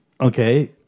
Okay